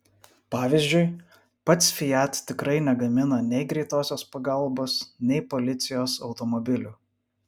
pavyzdžiui pats fiat tikrai negamina nei greitosios pagalbos nei policijos automobilių